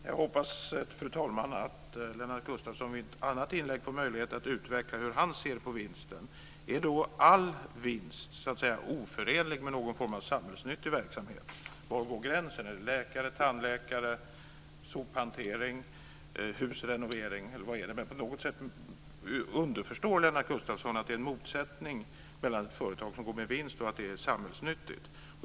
Fru talman! Jag hoppas att Lennart Gustavsson i ett annat inlägg får möjlighet att utveckla hur han ser på vinsten. Är all vinst oförenlig med någon form av samhällsnyttig verksamhet? Var går gränsen? Är det läkare, tandläkare, sophantering, husrenovering? På något sätt underförstår Lennart Gustavsson att det är en motsättning mellan ett företag som går med vinst och att det är samhällsnyttigt.